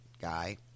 guy